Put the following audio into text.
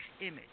image